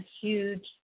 huge